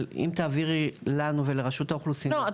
אבל אם תעבירי לנו ולרשות האוכלוסין --- לא,